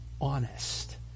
honest